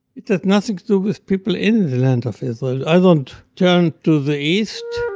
it has nothing to do with people in the land of israel. i don't turn to the east,